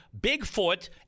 bigfoot